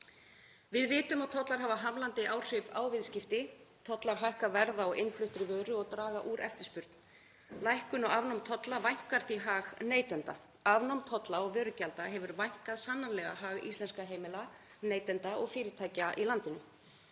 Við vitum að tollar hafa hamlandi áhrif á viðskipti. Tollar hækka verð á innfluttri vöru og draga úr eftirspurn. Lækkun og afnám tolla vænkar því hag neytenda. Afnám tolla og vörugjalda hefur vænkað sannarlega hag íslenskra heimila, neytenda og fyrirtækja í landinu.